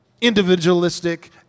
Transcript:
individualistic